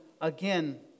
again